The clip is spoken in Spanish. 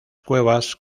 cuevas